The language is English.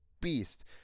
beast